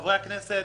חברי הכנסת,